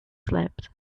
slipped